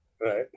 Right